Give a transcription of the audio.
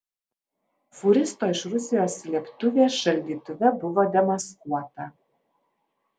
fūristo iš rusijos slėptuvė šaldytuve buvo demaskuota